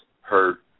hurt